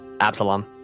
Absalom